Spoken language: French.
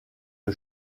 une